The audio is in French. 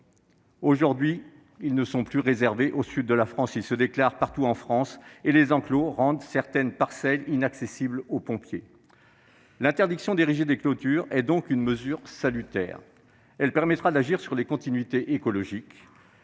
forêt ne sont plus réservés au sud de la France : ils peuvent se déclarer partout dans notre pays. Or les enclos rendent certaines parcelles inaccessibles aux pompiers. L'interdiction d'ériger des clôtures est donc une mesure salutaire. Elle permettra d'agir sur les continuités écologiques,